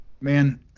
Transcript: Man